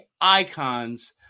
icons